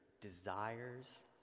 desires